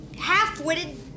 half-witted